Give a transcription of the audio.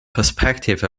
perspective